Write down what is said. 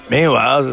Meanwhile